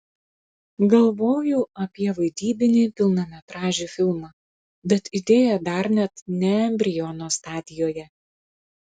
galvoju apie vaidybinį pilnametražį filmą bet idėja dar net ne embriono stadijoje